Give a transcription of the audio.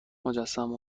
مجسمه